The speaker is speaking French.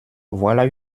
voilà